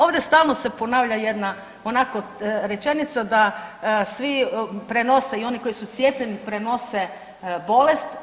Ovdje stalno se ponavlja jedna onako rečenica da svi prenose i oni koji su cijepljeni prenose bolest.